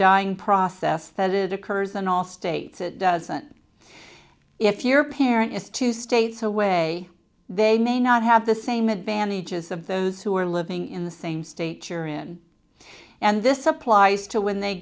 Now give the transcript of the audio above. dying process that it occurs in all states it doesn't if your parent is two states away they may not have the same advantages of those who are living in the same state you're in and this applies to when they